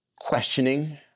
questioning